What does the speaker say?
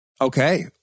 Okay